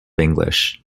english